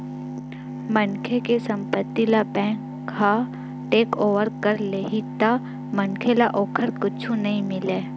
मनखे के संपत्ति ल बेंक ह टेकओवर कर लेही त मनखे ल ओखर कुछु नइ मिलय